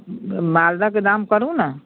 मालदहके दाम करु ने